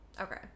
Okay